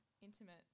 intimate